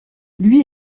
lui